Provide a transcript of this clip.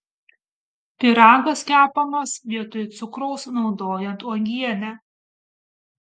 pyragas kepamas vietoj cukraus naudojant uogienę